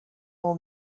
all